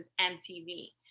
mtv